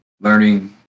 learning